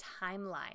timeline